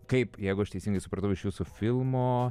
kaip jeigu aš teisingai supratau iš jūsų filmo